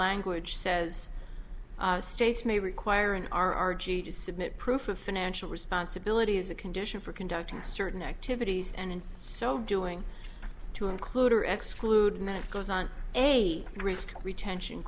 language says states may require an r r g to submit proof of financial responsibility as a condition for conducting certain activities and in so doing to include or exclude one that goes on a risk retention